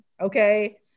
Okay